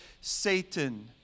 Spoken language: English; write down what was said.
Satan